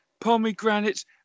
pomegranates